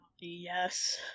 yes